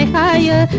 aia